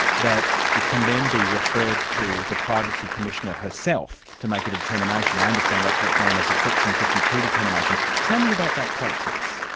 that it can then be referred to the privacy commissioner herself to make a determination. i understand that's what's known as a section fifty two determination. tell me about that process.